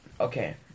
Okay